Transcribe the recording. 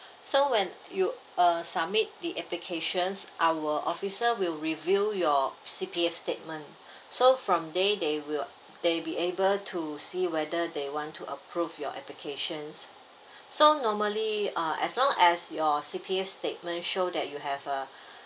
so when you uh submit the applications our officer will review your C_P_F statement so from there they will they'll be able to see whether they want to approve your applications so normally uh as long as your C_P_F statement show that you have a